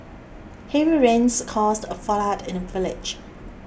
heavy rains caused a flood in the village